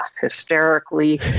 hysterically